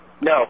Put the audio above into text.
no